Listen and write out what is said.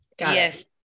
yes